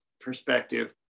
perspective